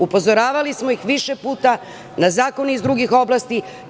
Upozoravali smo ih više puta na zakone iz drugih oblasti.